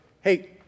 Hey